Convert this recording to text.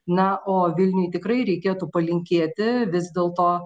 na o vilniui tikrai reikėtų palinkėti vis dėlto